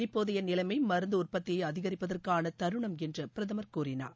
இப்போதைய நிலைமை மருந்து உற்பத்தியை அதிகரிப்பதற்கான தருணம் என்று பிரதமர் கூறினார்